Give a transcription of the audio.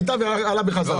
הייתה ואז הייתה שוב עלייה.